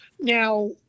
Now